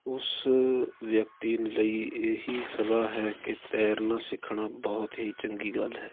ਉਸ ਵਿਅਕਤੀ ਲਈ ਇਹੀ ਸਲਾਹ ਹੈ ਕਿ ਤੈਰਨਾ ਸਿੱਖਣਾ ਬਹੁਤ ਹੀ ਚੰਗੀ ਗੱਲ ਹੈ